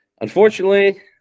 Unfortunately